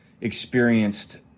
experienced